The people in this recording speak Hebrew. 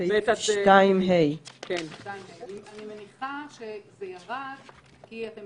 סעיף 2ה. אני מניחה שזה ירד כי אתם